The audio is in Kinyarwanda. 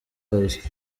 house